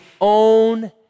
own